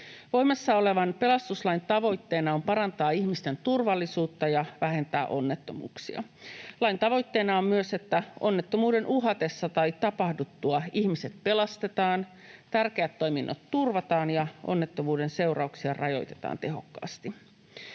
Voimassa olevan pelastuslain tavoitteena on parantaa ihmisten turvallisuutta ja vähentää onnettomuuksia. Lain tavoitteena on myös, että onnettomuuden uhatessa tai tapahduttua ihmiset pelastetaan, tärkeät toiminnot turvataan ja onnettomuuden seurauksia rajoitetaan tehokkaasti.